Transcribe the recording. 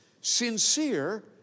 sincere